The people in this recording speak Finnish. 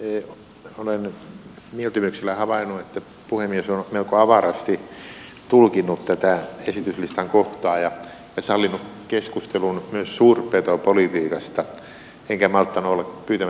olen mieltymyksellä havainnut että puhemies on melko avarasti tulkinnut tätä esityslistan kohtaa ja sallinut keskustelun myös suurpetopolitiikasta enkä malttanut olla pyytämättä puheenvuoroa